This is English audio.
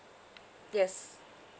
yes